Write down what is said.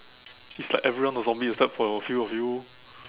it's like everyone a zombie except for a few of you